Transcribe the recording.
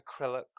acrylic